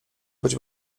być